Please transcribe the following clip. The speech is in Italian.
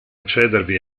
accedervi